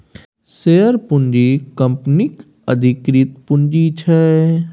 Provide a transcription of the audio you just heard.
share पूँजी कंपनीक अधिकृत पुंजी छै